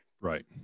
Right